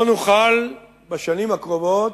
גם לא נוכל בשנים הקרובות,